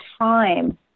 time